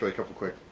but couple quick.